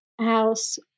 House